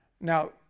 Now